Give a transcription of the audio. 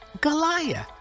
Goliath